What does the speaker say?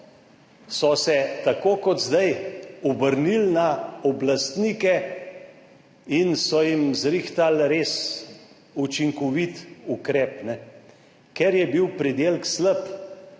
so se tako kot zdaj, obrnili na oblastnike in so jim zrihtali res učinkovit ukrep. Ker je bil pridelek slab,